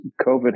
COVID